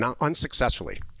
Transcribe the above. unsuccessfully